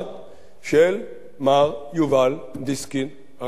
של מר יובל דיסקין רב-הפעלים?